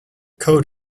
coat